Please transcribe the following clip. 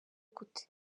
gute